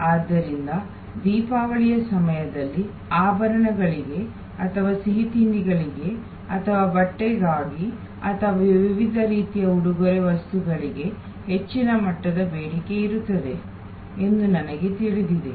ಆದ್ದರಿಂದ ದೀಪಾವಳಿಯ ಸಮಯದಲ್ಲಿ ಆಭರಣಗಳಿಗೆ ಅಥವಾ ಸಿಹಿತಿಂಡಿಗಳಿಗೆ ಅಥವಾ ಬಟ್ಟೆಗಾಗಿ ಅಥವಾ ವಿವಿಧ ರೀತಿಯ ಉಡುಗೊರೆ ವಸ್ತುಗಳಿಗೆ ಹೆಚ್ಚಿನ ಮಟ್ಟದ ಬೇಡಿಕೆ ಇರುತ್ತದೆ ಎಂದು ನಮಗೆ ತಿಳಿದಿದೆ